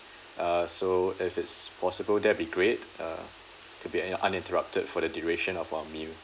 uh so if it's possible that'll great uh to be uninterrupted for the duration of our meal